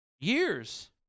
Years